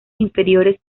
inferiores